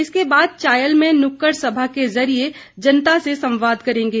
इसके बाद चायल में नुक्कड़ सभा के ज़रिए जनता से संवाद करेंगे